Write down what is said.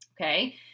okay